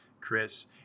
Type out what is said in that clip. Chris